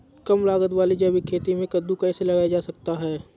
कम लागत वाली जैविक खेती में कद्दू कैसे लगाया जा सकता है?